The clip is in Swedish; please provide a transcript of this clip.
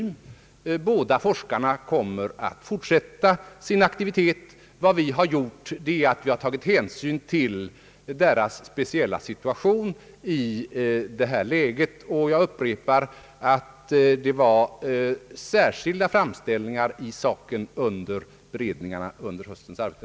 Båda forskarna kommer att fortsätta sin verksamhet. Vad vi gjort är att vi tagit hänsyn till deras speciella situation i detta läge. Jag upprepar också att det gjordes särskilda framställningar i saken vid beredningarna under höstens arbete.